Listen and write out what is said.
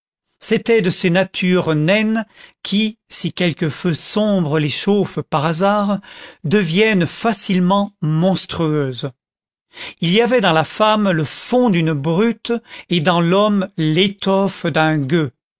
c'étaient de ces natures naines qui si quelque feu sombre les chauffe par hasard deviennent facilement monstrueuses il y avait dans la femme le fond d'une brute et dans l'homme l'étoffe d'un gueux